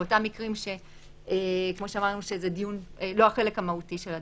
באותם מקרים שכמו שאמרנו שזה לא החלק המהותי של הדיון.